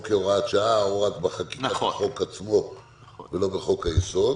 או כהוראת שעה או רק בחקיקת החוק עצמו ולא בחוק-היסוד.